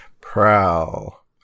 Prowl